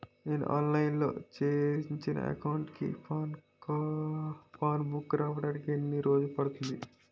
నేను ఆన్లైన్ లో తెరిచిన అకౌంట్ కి పాస్ బుక్ రావడానికి ఎన్ని రోజులు పడుతుంది?